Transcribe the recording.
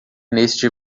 neste